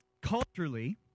culturally